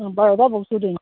ꯎꯝ ꯕꯥꯔꯣ ꯑꯗꯥꯏꯕꯣꯛ ꯁꯨꯗꯣꯏꯅꯤ